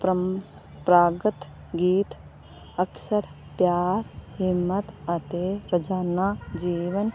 ਪ੍ਰੰਪਰਾਗਤ ਗੀਤ ਅਕਸਰ ਪਿਆਰ ਹਿੰਮਤ ਅਤੇ ਰੋਜ਼ਾਨਾ ਜੀਵਨ